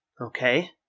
Okay